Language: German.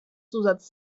zusatz